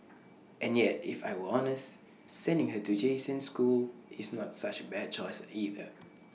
and yet if I were honest sending her to Jason's school is not such bad choice either